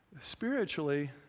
spiritually